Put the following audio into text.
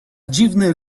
dziwny